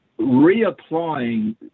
reapplying